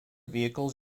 vehicles